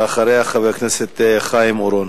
ואחריה, חבר הכנסת חיים אורון.